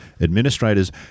administrators